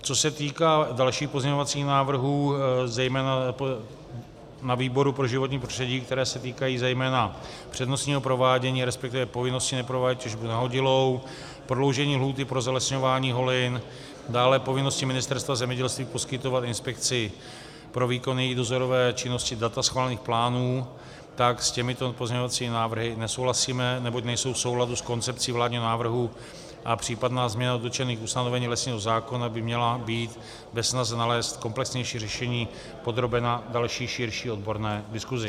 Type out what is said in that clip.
Co se týká dalších pozměňovacích návrhů, zejména na výboru pro životní prostředí, které se týkají zejména přednostního provádění, respektive povinnosti neprovádět těžbu nahodilou, prodloužení lhůty pro zalesňování holin, dále povinnosti Ministerstva zemědělství poskytovat inspekci pro výkony její dozorové činnosti data schválených plánů, s těmito pozměňovacími návrhy nesouhlasíme, neboť nejsou v souladu s koncepcí vládního návrhu a případná změna dočtených ustanovení lesního zákona by měla být ve snaze nalézt komplexnější řešení podrobena další, širší odborné diskuzi.